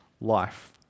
life